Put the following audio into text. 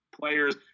players